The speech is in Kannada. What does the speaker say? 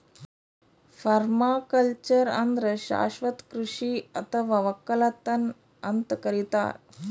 ಪರ್ಮಾಕಲ್ಚರ್ ಅಂದ್ರ ಶಾಶ್ವತ್ ಕೃಷಿ ಅಥವಾ ವಕ್ಕಲತನ್ ಅಂತ್ ಕರಿತಾರ್